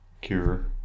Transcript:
cure